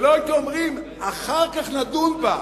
ולא הייתם אומרים שאחר כך נדון בה.